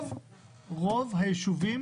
רוב היישובים